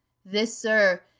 this, sir,